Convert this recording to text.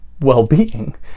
well-being